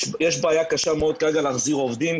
יש בעיה קשה מאוד כרגע להחזיר עובדים,